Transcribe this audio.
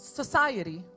society